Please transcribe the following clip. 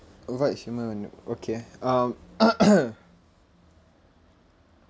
advice you might want to okay um